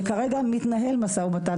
שכרגע מתנהל משא ומתן,